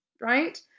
right